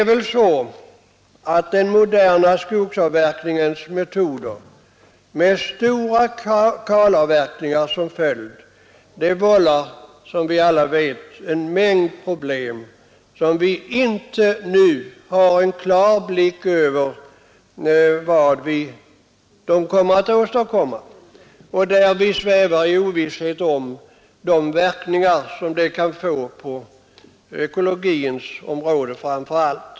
Den moderna skogsavverkningens metoder med stora kalavverkningar som följd vållar som alla vet en mängd problem, som vi ännu inte har en klar blick över och där vi svävar i ovisshet om vad verkningarna kan bli framdeles, framför allt på ekologins område.